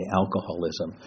alcoholism